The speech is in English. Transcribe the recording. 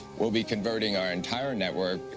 we'll be converting our entire network,